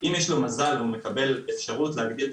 אם יש לו מזל והוא מקבל אפשרות להגדיל את